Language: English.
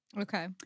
Okay